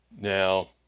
Now